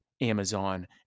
Amazon